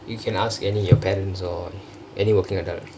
you can ask any your parents or any workingk adult